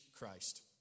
Christ